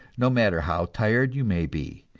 no matter how tired you may be,